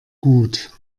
gut